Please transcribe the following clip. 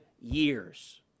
years